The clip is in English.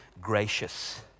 gracious